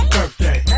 Birthday